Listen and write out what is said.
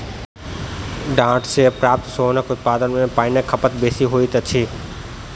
डांट सॅ प्राप्त सोनक उत्पादन मे पाइनक खपत बेसी होइत अछि